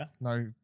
No